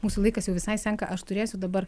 mūsų laikas jau visai senka aš turėsiu dabar